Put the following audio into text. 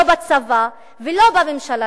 לא בצבא ולא בממשלה,